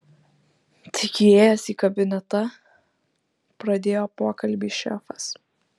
tik įėjęs į kabinetą pradėjo pokalbį šefas